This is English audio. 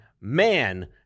man